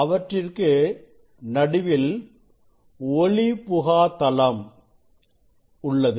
அவற்றிற்கு நடுவில் ஒளிபுகாதளம் உள்ளது